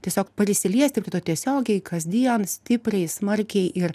tiesiog prisiliesti prie to tiesiogiai kasdien stipriai smarkiai ir